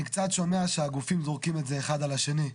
אני קצת שומע שהגופים זורקים את זה אחד על השני,